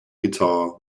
guitar